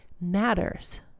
matters